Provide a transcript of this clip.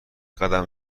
قدم